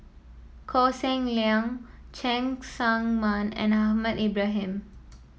Koh Seng Leong Cheng Tsang Man and Ahmad Ibrahim